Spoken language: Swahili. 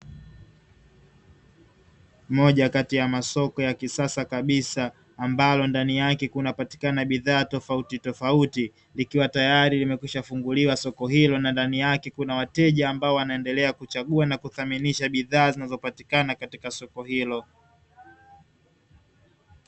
Moja kati ya masoko ya kisasa kabisa ambalo ndani yake kunapatikana bidhaa tofauti tofauti, likiwa tayari limekwisha funguliwa soko hilo na ndani yake kuna wateja ambao wanaendelea kuchagua na kuthaminisha bidhaa zinazopatikana katika soko hilo.